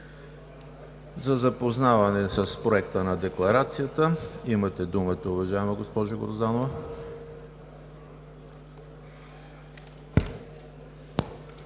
За запознаване с Проекта на декларацията – имате думата, уважаема госпожо Грозданова.